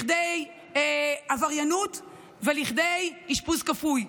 לכדי עבריינות ולכדי אשפוז כפוי.